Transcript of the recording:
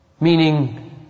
meaning